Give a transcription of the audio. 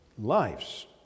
lives